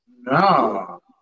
no